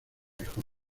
hijos